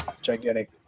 gigantic